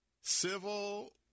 Civil